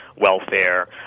welfare